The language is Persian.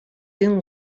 این